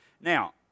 Now